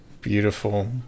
beautiful